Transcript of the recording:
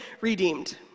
redeemed